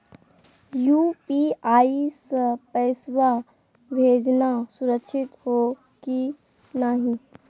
UPI स पैसवा भेजना सुरक्षित हो की नाहीं?